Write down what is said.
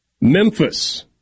Memphis